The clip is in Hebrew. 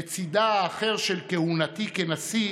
בצידה האחר של כהונתי כנשיא,